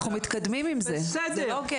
אנחנו מתקדמים עם זה, זה לא הוגן.